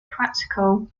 practical